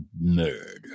Murder